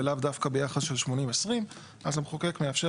ולאו דווקא ביחס של 80-20 אז המחוקק מאפשר